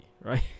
right